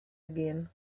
again